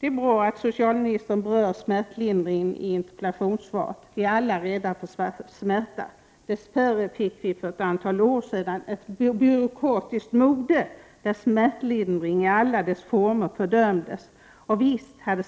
Det är bra att socialministern berör smärtlindring i interpellationssvaret. Vi är alla rädda för smärta. Dessvärre fick vi för ett antal år sedan ett byråkratiskt mode där smärtlindring i alla dess former fördömdes. Säkerligen hade